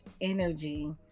energy